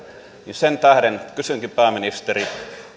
sen tähden kysynkin pääministeri